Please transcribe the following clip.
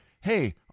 hey